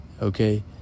okay